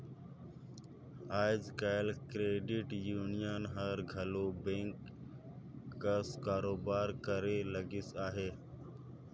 आएज काएल credit union हर घलो बेंक कस कारोबार करे लगिस अहे